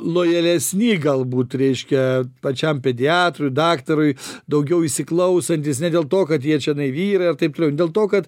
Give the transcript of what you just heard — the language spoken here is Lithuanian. lojalesni galbūt reiškia pačiam pediatrui daktarui daugiau įsiklausantys ne dėl to kad jie čianai vyrai ar taip dėl to kad